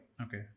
okay